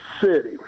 city